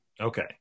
Okay